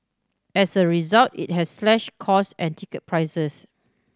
as a result it has slashed costs and ticket prices